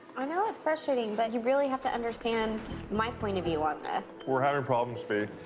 i know it's frustrating, but you really have to understand my point of view on this. we're having problems, t.